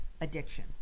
addiction